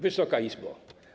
Wysoka Izbo!